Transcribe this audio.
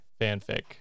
Fanfic